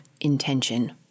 intention